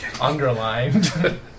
Underlined